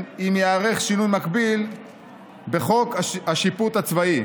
ייערך שינוי מקביל בחוק השיפוט הצבאי.